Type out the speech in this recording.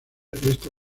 esta